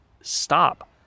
stop